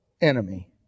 enemy